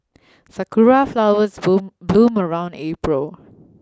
sakura flowers bloom bloom around April